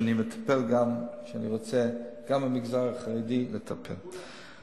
אני מטפל גם, אני רוצה גם במגזר החרדי לטפל.